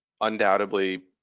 undoubtedly